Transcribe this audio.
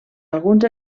alguns